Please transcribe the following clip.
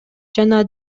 жана